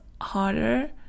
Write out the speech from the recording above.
harder